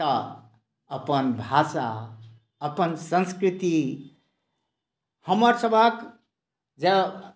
तऽ अपन भाषा अपन संस्कृति हमर सभक जे